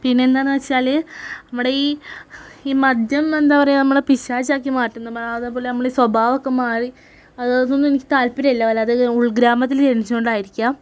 പിന്നെന്താണെന്നു വെച്ചാൽ നമ്മുടെ ഈ മദ്യം എന്താ പറയുക നമ്മളെ പിശാച് ആക്കി മാറ്റും അതേപോലെ നമ്മുടെ സ്വഭാവമൊക്കെ മാറി അതിനോടൊന്നും എനിക്ക് താത്പര്യമില്ല അത് ഉൾ ഗ്രാമത്തിൽ ജനിച്ചതു കൊണ്ടായിരിക്കാം